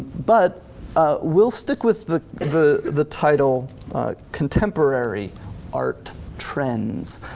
but we'll stick with the the title contemporary art trends.